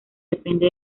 depende